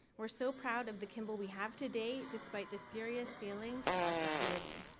we're so proud of the kimball we have today. despite the serious failings of our facility.